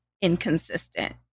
inconsistent